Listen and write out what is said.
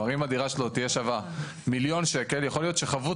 אם הדירה שלו תהיה שווה מיליון שקלים יכול להיות שחבות